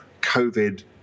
COVID